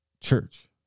church